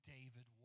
David